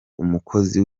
umukozi